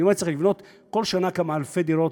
אני אומר שצריך לבנות כל שנה כמה אלפי דירות.